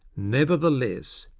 nevertheless,